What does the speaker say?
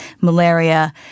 malaria